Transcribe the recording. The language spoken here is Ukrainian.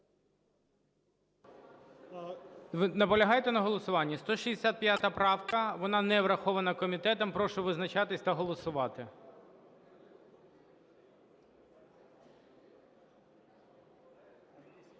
Ви наполягаєте на голосуванні? 165 правка, вона не врахована комітетом. Прошу визначатись та голосувати.